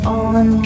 on